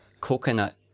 coconut